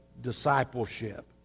discipleship